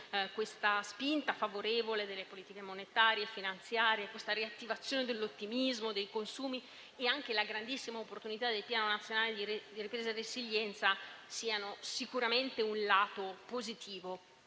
che la spinta favorevole delle politiche monetarie e finanziarie, la riattivazione dell'ottimismo dei consumi e anche la grandissima opportunità del Piano nazionale di ripresa e resilienza costituiscano sicuramente un fattore positivo.